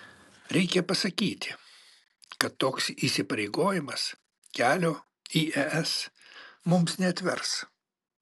reikia pasakyti kad toks įsipareigojimas kelio į es mums neatvers